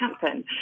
happen